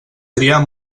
triar